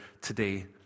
today